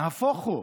נהפוך הוא,